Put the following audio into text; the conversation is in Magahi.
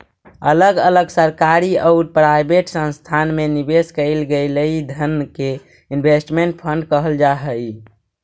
अलग अलग सरकारी औउर प्राइवेट संस्थान में निवेश कईल गेलई धन के इन्वेस्टमेंट फंड कहल जा हई